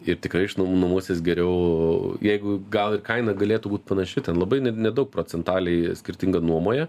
ir tikrai išnuom nuomosis geriau jeigu gal ir kaina galėtų būt panaši ten labai ne nedaug procentaliai skirtinga nuomoja